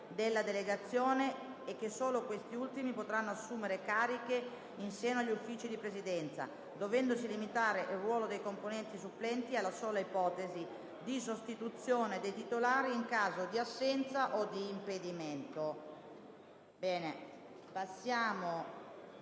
della delegazione e che solo questi ultimi potranno assumere cariche in seno agli Uffici di Presidenza, dovendosi limitare il ruolo dei componenti supplenti alla sola ipotesi di sostituzione dei titolari in caso di assenza o di impedimento.